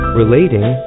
relating